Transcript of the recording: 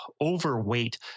overweight